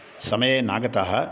समये नागतः